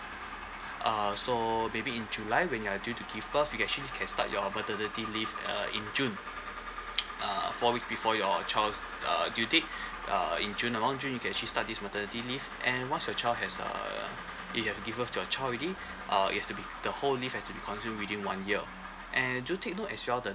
uh so baby in july when you are due to give birth you actually can start your maternity leave uh in june uh four weeks before your child's uh due date uh in june around june you can actually start this maternity leave and once your child has uh you have give birth to a child already uh it has to be the whole leave has to be consumed within one year and do take note as well the